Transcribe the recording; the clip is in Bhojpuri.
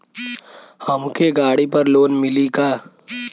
हमके गाड़ी पर लोन मिली का?